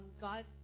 God